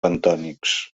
bentònics